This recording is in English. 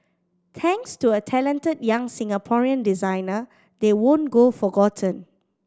thanks to a talented young Singaporean designer they won't go forgotten